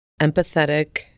empathetic